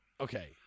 Okay